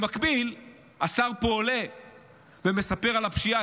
במקביל, השר פה עולה ומספר על הפשיעה.